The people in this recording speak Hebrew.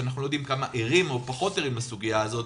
שאנחנו לא יודעים כמה ערים או פחות ערים לסוגיה הזאת,